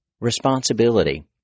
responsibility